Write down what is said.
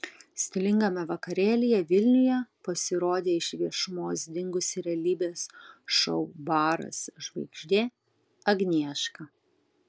stilingame vakarėlyje vilniuje pasirodė iš viešumos dingusi realybės šou baras žvaigždė agnieška